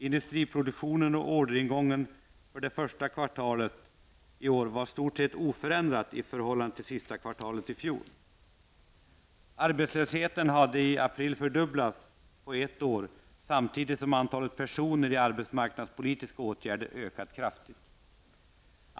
Industriproduktionen och orderingången det första kvartalet i år var i stort sett oförändrade i förhållande till sista kvartalet i fjol. Arbetslösheten hade i april fördubblats på ett år, samtidigt som antalet personer i arbetsmarknadspolitiska åtgärder hade ökat kraftigt.